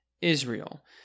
Israel